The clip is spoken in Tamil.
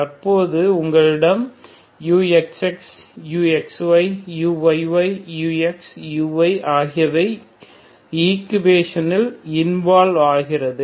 தற்பொழுது உங்களிடம்uxxuxyuyyuxuy ஆகியவை ஈக்குவேஷன்களில் இன்வால்வ் ஆகிறது